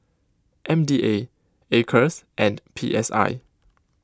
M D A Acres and P S I